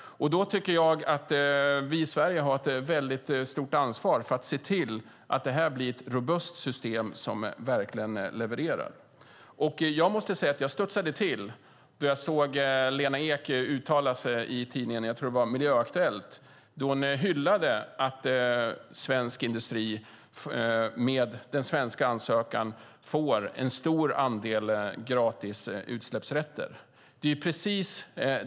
Jag tycker att vi i Sverige har ett mycket stort ansvar att se till att det här blir ett robust system som verkligen levererar. Jag studsade till när jag såg Lena Ek uttala sig, jag tror att det var i tidningen Miljöaktuellt, och hylla att svensk industri får en stor andel gratis utsläppsrätter med den svenska ansökan.